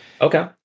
Okay